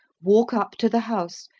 walk up to the house,